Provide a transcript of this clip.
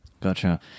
Gotcha